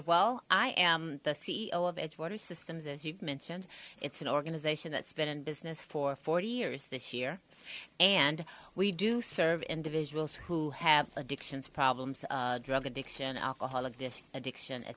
well i am the c e o of edgewater systems as you mentioned it's an organization that's been in business for forty years here and we do serve individuals who have addictions problems drug addiction alcoholic this addiction et